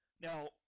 Now